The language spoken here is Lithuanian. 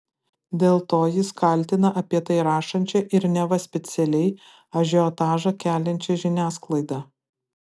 dėl to jis kaltina apie tai rašančią ir neva specialiai ažiotažą keliančią žiniasklaidą